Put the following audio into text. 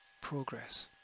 progress